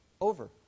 Over